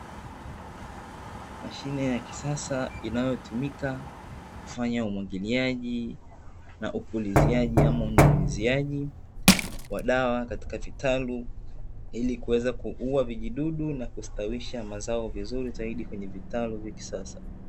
Mashine ya kisasa inayotumika kufanya umwagiliaji na upuliziaji ama unyunyuziaji wa dawa katika kitalu, ili kuweza kuua vijidudu na kustawisha mazao vizuri zaidi kwenye vitalu vya kisasa.